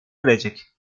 erecek